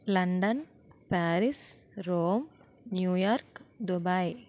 London Paris Rome New York Dubai